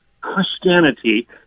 Christianity